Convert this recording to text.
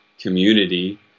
community